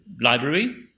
Library